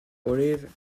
olive